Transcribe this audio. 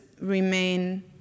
remain